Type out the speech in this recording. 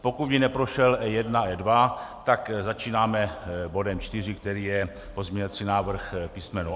Pokud by neprošel E1, E2, tak začínáme bodem 4, který je pozměňovací návrh písm.